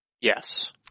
Yes